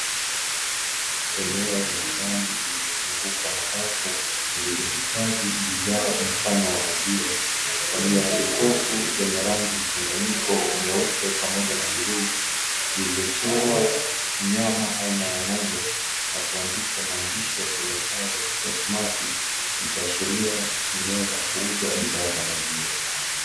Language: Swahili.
Eneo la ndani lililozungukwa na rafu zilizohifadhi bidhaa kwa mfano wa maziwa, pamoja na jokofu lenye rangi mchanganyiko; nyeupe pamoja na bluu, lililochorwa mnyama aina ya ng'ombe na kuandikwa maandishi yasomekayo "TASMAT", likiashiria eneo la kuuza bidhaa za maziwa.